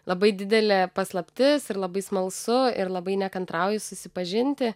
labai didelė paslaptis ir labai smalsu ir labai nekantrauju susipažinti